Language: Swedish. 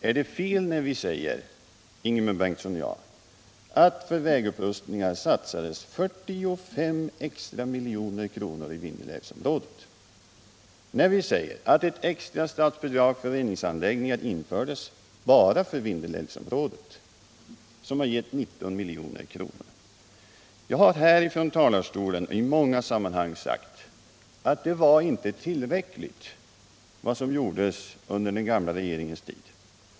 Är det fel när Ingemund Benutsson och jag säger att för vägupprustningar satsades 45 nulj. kr. extra I Vindelälvsområdet och när vi säger att ett extra statsbidrag för reningsunläggningar infördes bara för Vindelälvsområdet som gett 19 milj.kr.? Jag har från den här talarstolen i många sammanhang sagt att der som gjordes under den gamla regeringens tid inte var tillräckligt.